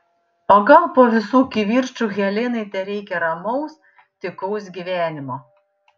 o gal po visų kivirčų helenai tereikia ramaus tykaus gyvenimo